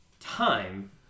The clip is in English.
time